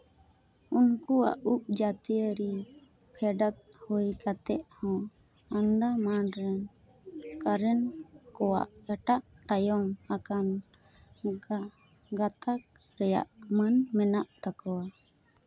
ᱩᱱᱠᱩᱣᱟᱜ ᱩᱯᱼᱡᱟᱹᱛᱤᱭᱟᱹᱨᱤ ᱯᱷᱮᱰᱟᱛ ᱦᱩᱭ ᱠᱟᱛᱮ ᱦᱚᱸ ᱟᱱᱫᱟᱢᱟᱱ ᱨᱮᱱ ᱠᱟᱨᱮᱱ ᱠᱚᱣᱟᱜ ᱮᱴᱟᱜ ᱛᱟᱭᱚᱢ ᱟᱠᱟᱱ ᱜᱟᱛᱟᱠ ᱨᱮᱭᱟᱜ ᱢᱟᱹᱱ ᱢᱮᱱᱟᱜ ᱛᱟᱠᱚᱣᱟ